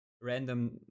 random